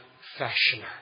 fashioner